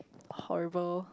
horrible